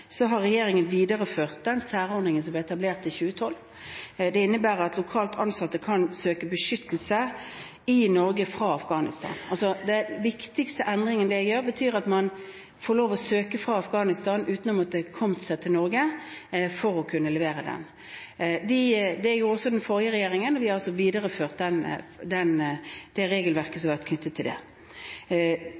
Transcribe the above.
har regjeringen videreført den særordningen som ble etablert i 2012. Det innebærer at lokalt ansatte kan søke beskyttelse i Norge fra Afghanistan. Den viktigste endringen er at man får lov til å søke fra Afghanistan uten å måtte ha kommet seg til Norge for å levere søknaden. Det gjorde også den forrige regjeringen, og vi har altså videreført det regelverket som har vært knyttet til det. I dette systemet har søknadene vært behandlet, og det er riktig at iallfall per 2013 er det